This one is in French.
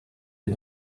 est